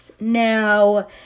Now